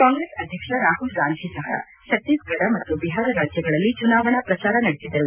ಕಾಂಗ್ರೆಸ್ ಅಧ್ಯಕ್ಷ ರಾಹುಲ್ ಗಾಂಧಿ ಸಹ ಭತ್ತೀಸಗಢ ಮತ್ತು ಬಿಹಾರ ರಾಜ್ಯಗಳಲ್ಲಿ ಚುನಾವಣಾ ಪ್ರಚಾರ ನಡೆಸಿದರು